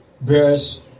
bears